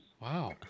Wow